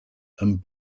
and